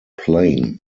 plain